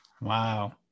Wow